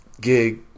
gig